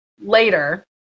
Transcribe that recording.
later